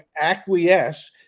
acquiesce